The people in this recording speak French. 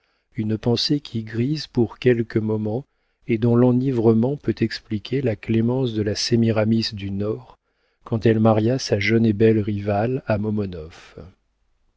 une pensée qui grise pour quelques moments et dont l'enivrement peut expliquer la clémence de la sémiramis du nord quand elle maria sa jeune et belle rivale à